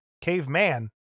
caveman